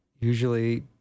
usually